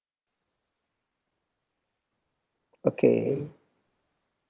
okay